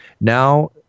Now